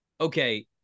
Okay